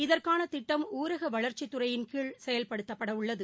இதற்கானதிட்டம் ஊரகவளர்ச்சித்துறையின் கீழ செயல்படுத்தப்படவுள்ளது